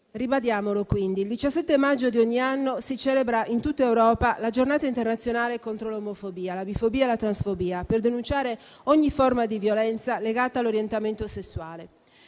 ribadiamolo quindi: il 17 maggio di ogni anno si celebra in tutta Europa la giornata internazionale contro l'omofobia, la bifobia e la transfobia, per denunciare ogni forma di violenza legata all'orientamento sessuale.